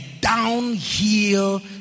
downhill